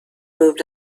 moved